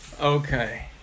Okay